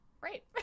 right